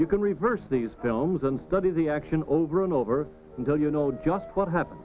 you can reverse these films and study the action over and over until you know just what happened